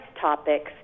topics